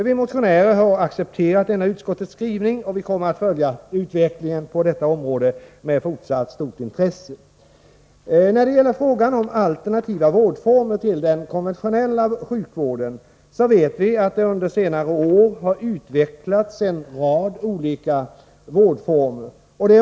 Vi motionärer har accepterat denna utskottets skrivning, och vi kommer att följa utvecklingen på detta område med fortsatt intresse. När det gäller alternativ till den konventionella sjukvården vet vi att det under senare år har utvecklats en rad olika vårdformer.